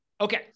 Okay